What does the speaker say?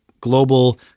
global